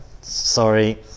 Sorry